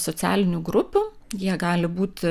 socialinių grupių jie gali būti